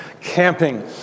camping